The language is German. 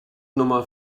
nummer